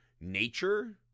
nature